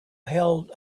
held